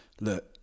look